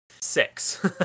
six